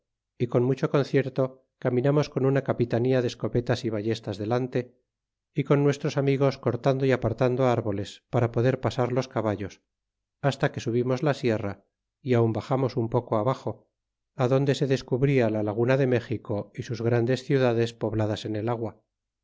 y con mucho concierto caminamos con una capitanía de escopetas y ballestas delante y con nuestros amigos cortandoy apartando árboles para poder pasar los caballos hasta que subimos la sierra y aun baxamos un poco á baxo adonde se descubría la laguna de méxico y sus grandes ciudades pobladas en el agua